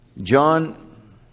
John